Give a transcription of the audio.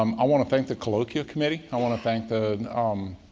um i wanna thank the colloquial committee. i want to thank the, um,